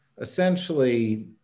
essentially